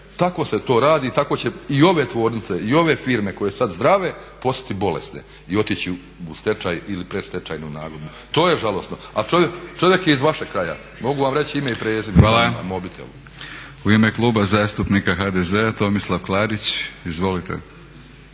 Tako se to radi i tako će i ove tvornice i ove firme koje su sad zdrave postati bolesne i otići u stečaj ili predstečajnu nagodbu. To je žalosno, a čovjek iz vašeg kraja mogu vam reći ime i prezime imam na mobitelu … /Govorniku isključen mikrofon,